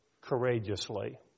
courageously